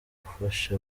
gufasha